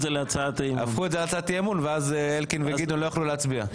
זה להצעת אי אמון ואז אלקין וגדעון לא יכלו להצביע.